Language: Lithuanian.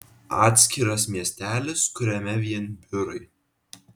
atskiras miestelis kuriame vien biurai